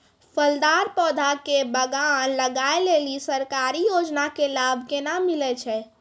फलदार पौधा के बगान लगाय लेली सरकारी योजना के लाभ केना मिलै छै?